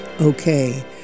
okay